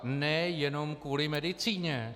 Nejenom kvůli medicíně.